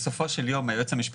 בסופו של יום,